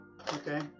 okay